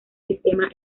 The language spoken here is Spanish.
sistema